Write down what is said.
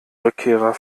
rückkehrer